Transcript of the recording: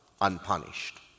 unpunished